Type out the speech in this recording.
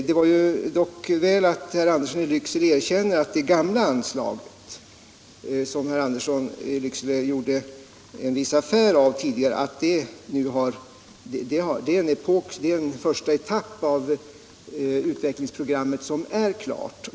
Det var dock väl att herr Andersson i Lycksele erkände att det gamla 87 grammet anslaget, som herr Andersson i Lycksele gjorde en viss affär av tidigare, representerade en första etapp av utvecklingsprogrammet som nu är klar.